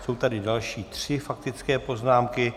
Jsou tady další tři faktické poznámky.